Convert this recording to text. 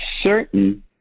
Certain